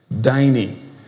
dining